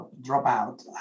dropout